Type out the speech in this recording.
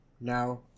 Now